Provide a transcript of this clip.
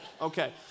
Okay